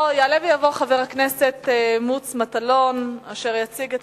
יעלה ויבוא חבר הכנסת מוץ מטלון אשר יציג את